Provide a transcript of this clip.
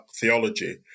theology